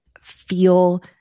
feel